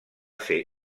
ser